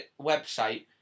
website